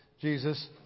Jesus